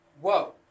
whoa